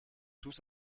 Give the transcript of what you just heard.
tous